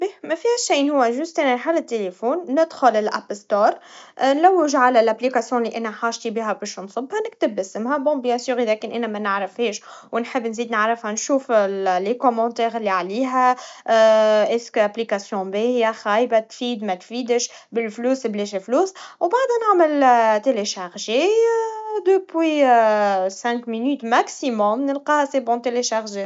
باهي, ما فيها شي, هوا فقط نفتح التليفون, ندخل الآب ستور, نلوج على التطبيق اللي حاجتي بيها باش نصب, هنكتب اسمه جيد بكل تأكيد, وإذا ككان أنا منعرفهاش, ونحب نزيد نعرف نشوف التعليقات اللي عليها, إذا كان التطبيق باهي, خايب, بتفيد, متفيدش, بالفلوس, بلاش فلوس, وبعدا نعمل تحميل, يستغرق خمس دقايق بحد أقصى نلقاها بسهولة اتحملت